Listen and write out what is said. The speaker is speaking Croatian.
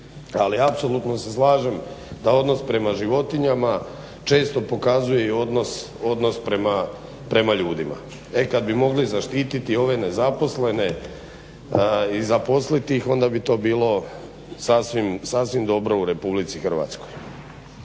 Ali apsolutno se slažem da odnos prema životinjama često pokazuje i odnos prema ljudima. E kad bi mogli zaštiti ove nezaposlene i zaposliti ih onda bi to bilo sasvim dobro u Republici Hrvatskoj.